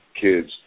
kids